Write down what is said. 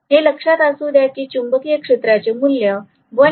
हे लक्षात असू द्या की चुंबकीय क्षेत्राचे मूल्य 1